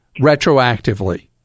retroactively